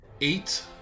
eight